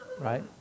right